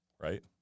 Right